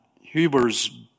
Huber's